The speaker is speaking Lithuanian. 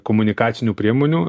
komunikacinių priemonių